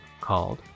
called